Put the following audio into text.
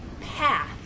path